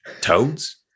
toads